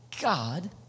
God